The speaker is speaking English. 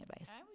advice